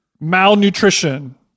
malnutrition